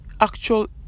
actual